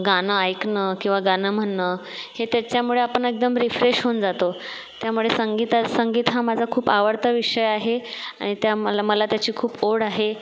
गाणं ऐकणं किंवा गाणं म्हणणं हे त्याच्यामुळे आपण एकदम रिफ्रेश होऊन जातो त्यामुळे संगीता संगीत हा माझा खूप आवडता विषय आहे आणि त्या मला मला त्याची खूप ओढ आहे